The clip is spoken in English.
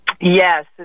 Yes